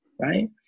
Right